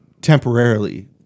temporarily